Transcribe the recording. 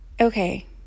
Okay